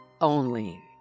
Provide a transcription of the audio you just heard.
Only